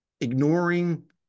ignoring